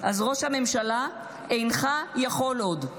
אז ראש הממשלה, אינך יכול עוד.